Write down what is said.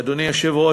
אדוני היושב-ראש,